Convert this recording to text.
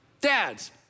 Dads